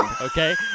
Okay